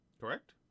Correct